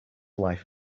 life